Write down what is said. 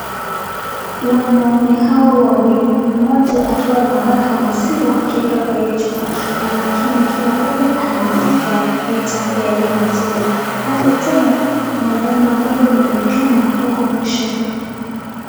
Wanaume hawa wawili, mmoja akiwa anamwaga maziwa akieka kwa hiyo chupa, na mwingine akiwa pale anaandika lita ya hiyo maziwa. Pale tena, kuna nyumba ambayo imeonekana huko mwisho.